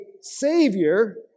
Savior